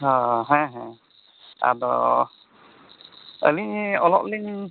ᱦᱳᱭ ᱦᱮᱸ ᱦᱮᱸ ᱟᱫᱚ ᱟᱹᱞᱤᱧ ᱚᱞᱚᱜ ᱞᱤᱧ